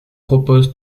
propose